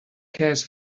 cares